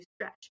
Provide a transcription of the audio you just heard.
stretch